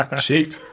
Cheap